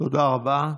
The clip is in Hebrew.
תודה רבה.